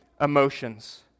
emotions